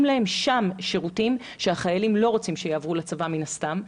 להם שם שירותים שהחיילים לא רוצים שיעברו לצבא מן הסתם,